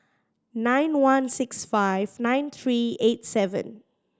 nine one six five nine three eight seven